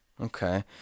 Okay